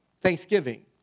Thanksgiving